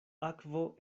akvo